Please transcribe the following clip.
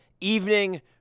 Evening